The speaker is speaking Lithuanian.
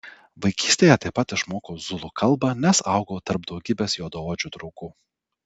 vaikystėje taip pat išmokau zulų kalbą nes augau tarp daugybės juodaodžių draugų